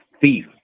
thief